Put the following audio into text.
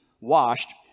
washed